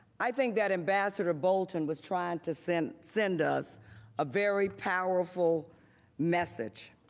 i think that ambassador bolton was trying to send send us a very powerful message.